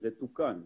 זה תוקן.